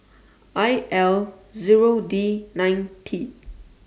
I L Zero D nine T